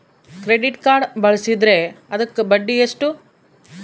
Credit card ಬಳಸಿದ್ರೇ ಅದಕ್ಕ ಬಡ್ಡಿ ಎಷ್ಟು?